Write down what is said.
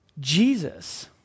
Jesus